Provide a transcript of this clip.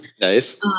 Nice